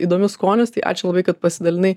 įdomius skonius tai ačiū labai kad pasidalinai